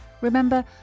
Remember